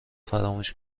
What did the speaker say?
فراموش